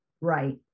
right